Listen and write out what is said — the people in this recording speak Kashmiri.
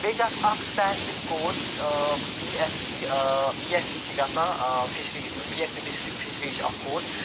بیٚیہِ چھِ اَکھ اَکھ specific course B S C B S C چھِ گژھان فِشریٖز منٛز بی اٮ۪س سی فِشری چھِ اَکھ کورٕس